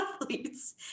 athletes